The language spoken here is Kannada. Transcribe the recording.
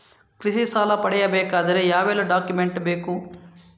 ಕೃಷಿ ಸಾಲ ಪಡೆಯಬೇಕಾದರೆ ಯಾವೆಲ್ಲ ಡಾಕ್ಯುಮೆಂಟ್ ಬೇಕು?